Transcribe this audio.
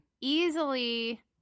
Easily